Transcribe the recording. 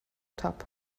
top